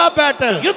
battle